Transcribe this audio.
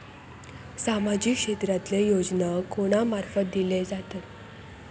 सामाजिक क्षेत्रांतले योजना कोणा मार्फत दिले जातत?